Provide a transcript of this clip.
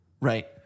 right